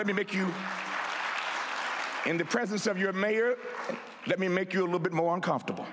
let me make you in the presence of your mayor let me make you a little bit more uncomfortable